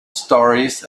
stories